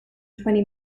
twenty